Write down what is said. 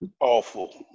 Awful